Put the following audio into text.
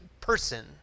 person